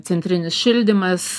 centrinis šildymas